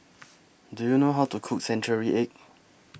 Do YOU know How to Cook Century Egg